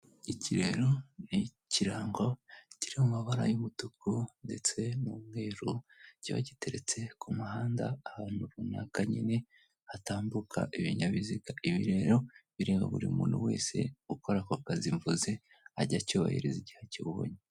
Iki rero ni kirango kiri mu mabara y'umutuku ndetse n'umweru kiba giteretse ku muhanda ahantu runaka nyine hatambuka ibinyabiziga, ibi rero bireba buri muntu wese ukora ako kazi mvuze ajye acyubahiriza igihe akibonye.